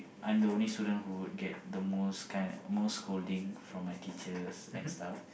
I am the only student who gets the most kind most scolding and stuffs